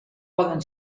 poden